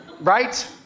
Right